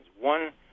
One